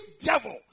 devil